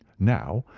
now,